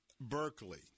Berkeley